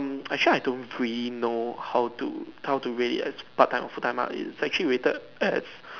um actually I don't really know how to how to really part time or full time it's actually rated as